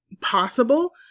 possible